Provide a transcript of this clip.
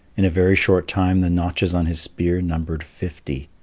in a very short time the notches on his spear numbered fifty.